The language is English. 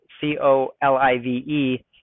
C-O-L-I-V-E